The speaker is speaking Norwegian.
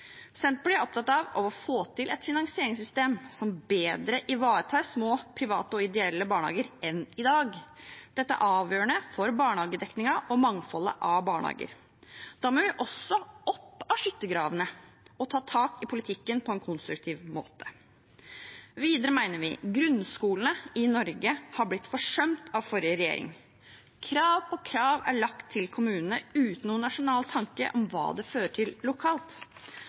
Senterpartiet er opptatt av å få til et finansieringssystem som bedre ivaretar små private og ideelle barnehager enn i dag. Dette er avgjørende for barnehagedekningen og mangfoldet av barnehager. Da må vi også opp av skyttergravene og ta tak i politikken på en konstruktiv måte. Videre mener vi at grunnskolene i Norge har blitt forsømt av forrige regjering. Krav på krav er lagt til kommunene uten noen nasjonal tanke om hva det fører til lokalt.